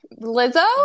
Lizzo